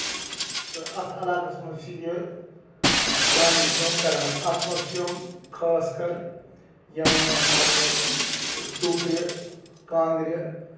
تہٕ اَتھ علاقس منٛز چھُ یہِ کانِل کٲم کران اَتھ منٛز چھِ یِم خاص کر یِم مطلب ٹوٗکرِ کانگرِ